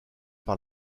par